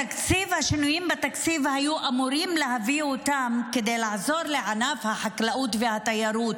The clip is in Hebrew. את השינויים בתקציב היו אמורים להביא כדי לעזור לענף החקלאות והתיירות.